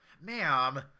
Ma'am